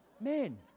men